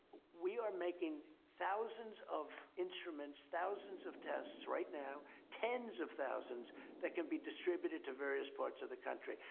we are making thousands of instruments, thousands of tests right now, tens of thousands that can be distributed to various parts of the country.